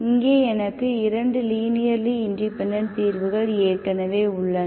இங்கே எனக்கு இரண்டு லீனியர்லி இண்டிபெண்டெண்ட் தீர்வுகள் ஏற்கனவே உள்ளன